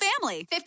family